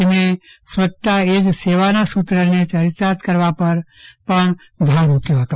તેમણે સ્વચ્છતા એજ સેવાના સુત્રને ચરિતાર્થ કરવા પર ભાર મુક્યો હતો